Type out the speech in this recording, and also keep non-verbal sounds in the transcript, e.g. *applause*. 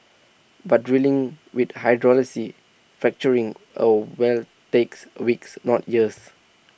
but drilling with *unintelligible* fracturing A well takes weeks not years